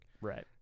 right